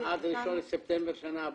עד 1 בספטמבר שנה הבאה.